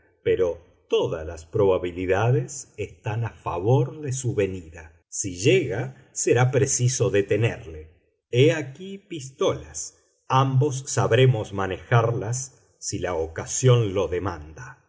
pero todas las probabilidades están a favor de su venida si llega será preciso detenerle he aquí pistolas ambos sabremos manejarlas si la ocasión lo demanda